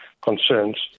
Concerns